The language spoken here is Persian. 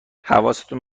حواستون